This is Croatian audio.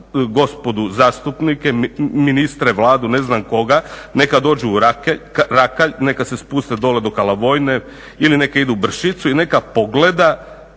gospodu zastupnike, ministre, Vladu ne znam koga neka dođu u Rakalj, neka se spuste dolje do Kalavojne ili neka idu u Bršicu i neka pogledaju